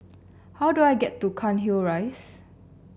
how do I get to Cairnhill Rise